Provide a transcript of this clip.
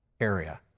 area